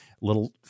Little